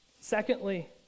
Secondly